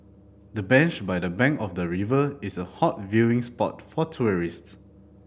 the bench by the bank of the river is a hot viewing spot for tourists